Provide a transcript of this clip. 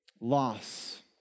loss